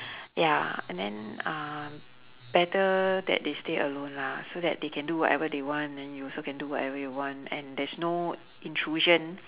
ya and then uh better that they stay alone lah so that they can do whatever they want and you also can do whatever you want and there's no intrusion